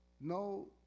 no